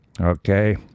Okay